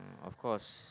of course